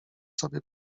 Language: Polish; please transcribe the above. sobie